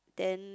then